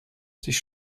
sich